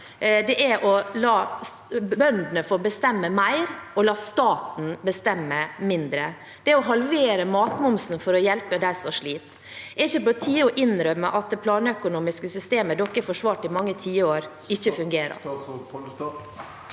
Det er å la bøndene få bestemme mer og la staten bestemme mindre. Det er å halvere matmomsen (presidenten klubber) for å hjelpe dem som sliter. Er det ikke på tide å innrømme at det planøkonomiske systemet man forsvarte i mange tiår, ikke fungerer?